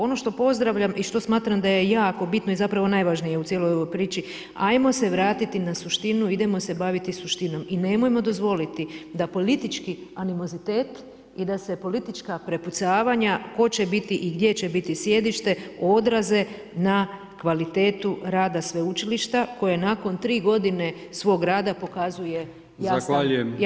Ono što pozdravljam i što smatram da je jako bitno i zapravo najvažnije u cijeloj ovoj priči, ajmo se vratiti na suštinu, idemo se baviti suštinom i nemojmo dozvoliti da politički animozitet i da se politička prepucavanja tko će biti i gdje će biti sjedište odraze na kvalitetu rada sveučilišta koje nakon tri godine svog rada pokazuje jasnu amplitudu prema gore.